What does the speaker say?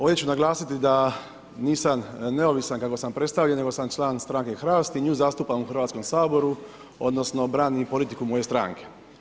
Ovdje ću naglasiti da nisam neovisan kako sam predstavljen, nego sam član stranke Hrast i nju zastupam u Hrvatskom saboru, odnosno branim politiku moje stranke.